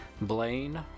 Blaine